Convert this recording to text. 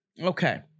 Okay